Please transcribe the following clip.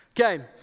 Okay